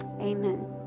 amen